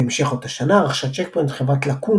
בהמשך אותה שנה רכשה צ'ק פוינט את חברת Lacoon